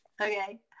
okay